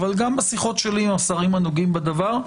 אבל גם בשיחות שלי עם השרים הנוגעים בדבר,